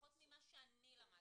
לפחות ממה שאני למדתי.